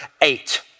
eight